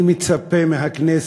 אני מצפה מהכנסת,